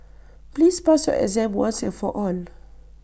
please pass your exam once and for all